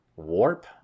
warp